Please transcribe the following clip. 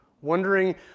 Wondering